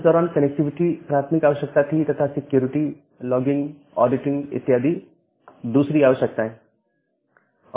उस दौरान कनेक्टिविटी प्राथमिक आवश्यकता थी तथा सिक्योरिटी लॉगिंग ऑडिटिंग इत्यादि दूसरी आवश्यकताएं थी